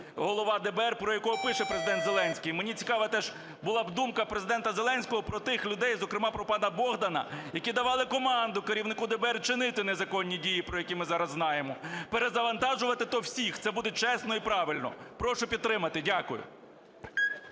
голова ДБР, про якого пише Президент Зеленський. Мені цікава теж була б думка Президента Зеленського про тих людей, зокрема, про пана Богдана, які давали команду керівнику ДБР чинити незаконні дії, про які ми зараз знаємо. Перезавантажувати, то всіх – це буде чесно і правильно. Прошу підтримати. Дякую.